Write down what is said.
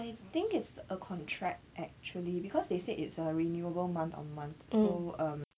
I think it's a contract actually because they said it's uh renewable month on month so um